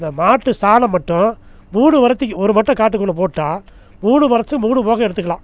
இந்த மாட்டு சாணம் மட்டும் மூணு வரத்திக்கு ஒரு மட்ட காட்டுக்குள்ள போட்டா மூணு வரத்து மூணு போகம் எடுத்துக்கலாம்